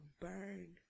burn